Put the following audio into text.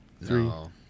No